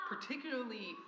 particularly